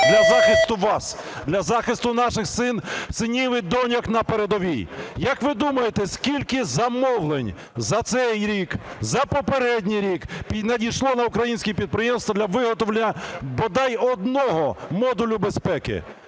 для захисту вас, для захисту наших синів і доньок на передовій. Як ви думаєте, скільки замовлень за цей рік, за попередній рік надійшло на українські підприємства для виготовлення бодай одного модулю безпеки?